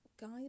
guide